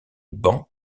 banc